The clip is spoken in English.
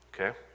Okay